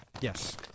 yes